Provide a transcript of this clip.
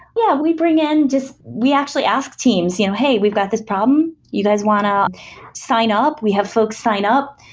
yeah, we bring in just we actually ask teams, you know hey, we've got this problem. you guys want to sign up? we have folks sign up.